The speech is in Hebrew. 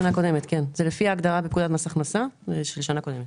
זה לפי ההגדרה בפקודת מס ההכנסה של שנה קודמת.